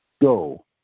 go